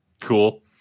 cool